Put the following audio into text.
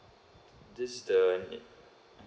this the need